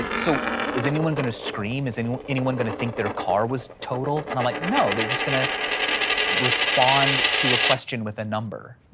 like so is anyone gonna scream? is anyone anyone gonna think their car was totaled? and i'm like, no, they're just gonna respond to a question with a number.